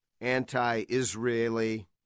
anti-Israeli